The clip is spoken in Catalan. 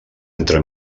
entre